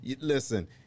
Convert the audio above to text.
listen